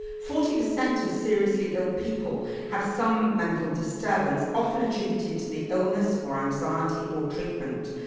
forty percent of seriously ill people have some mental disturbance often attributed to the illness or anxiety or treatment.